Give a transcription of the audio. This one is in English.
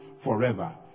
forever